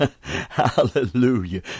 hallelujah